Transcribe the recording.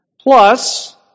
plus